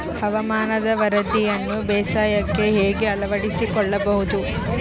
ಹವಾಮಾನದ ವರದಿಯನ್ನು ಬೇಸಾಯಕ್ಕೆ ಹೇಗೆ ಅಳವಡಿಸಿಕೊಳ್ಳಬಹುದು?